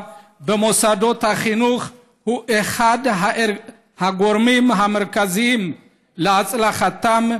במוסדות החינוך הם מהגורמים המרכזיים להצלחתם,